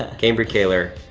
ah cambrie kaler,